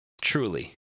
truly